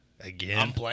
Again